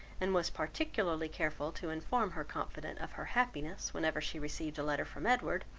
and was particularly careful to inform her confidante, of her happiness whenever she received a letter from edward,